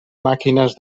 màquines